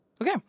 Okay